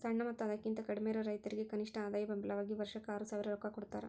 ಸಣ್ಣ ಮತ್ತ ಅದಕಿಂತ ಕಡ್ಮಿಯಿರು ರೈತರಿಗೆ ಕನಿಷ್ಠ ಆದಾಯ ಬೆಂಬಲ ವಾಗಿ ವರ್ಷಕ್ಕ ಆರಸಾವಿರ ರೊಕ್ಕಾ ಕೊಡತಾರ